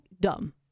dumb